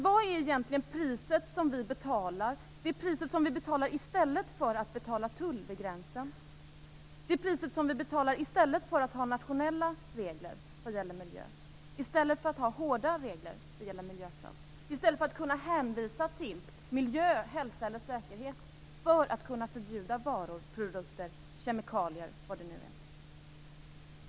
Vad är egentligen det pris som vi betalar i stället för att betala tull vid gränsen? Vad är det pris som vi betalar i stället för att ha nationella regler vad gäller miljön? Vad är det pris som vi betalar i stället för att ha hårda regler vad gäller miljön, i stället för att kunna hänvisa till miljö, hälsa eller säkerhet för att förbjuda varor, produkter, kemikalier och vad det nu är?